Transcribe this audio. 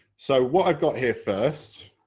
so what i have got here first